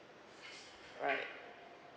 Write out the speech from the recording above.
right